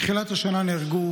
מתחילת השנה נהרגו